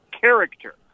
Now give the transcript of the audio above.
character